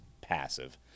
passive